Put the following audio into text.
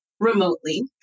remotely